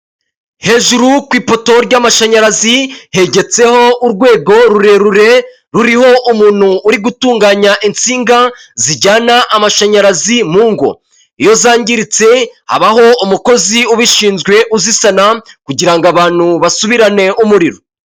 Hejuru ku ipoto ry'amashanyarazi hegetseho urwego rurerure ruriho umuntu uri gutunganya insinga zijyana amashanyarazi mu ngo. Iyo zangiritse aba umukozi ubishinzwe uzisana kugira ngo abantu basubirane umuriro.